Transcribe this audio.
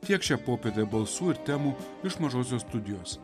tiek šią popietę balsų ir temų iš mažosios studijos